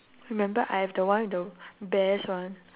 remember I have the one the bears one